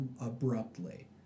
abruptly